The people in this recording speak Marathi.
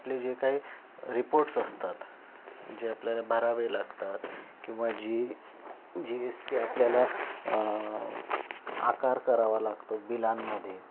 आपले जे काही रिपोर्ट्स असतात जे आपल्याला भरावे लागतात किंवा जी जी एस टी आपल्याला आकार करावा लागतो बिलांमध्ये